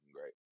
great